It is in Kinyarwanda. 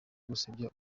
gusebya